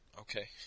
Okay